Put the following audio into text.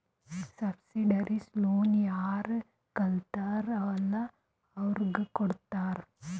subsidised loan ಯಾರ್ ಕಲಿತಾರ್ ಅಲ್ಲಾ ಅವ್ರಿಗ ಕೊಡ್ತಾರ್